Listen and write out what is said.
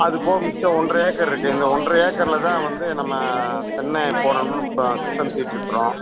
அதுப்போக மிச்சம் ஒன்றரை ஏக்கர் இருக்குது இந்த ஒன்றரை ஏக்கரில் தான் வந்து நம்ம தென்னையை போடணும்னு இப்போ திட்டம் தீட்டிருக்கிறோம்